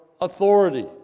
authority